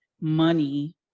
money